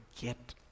get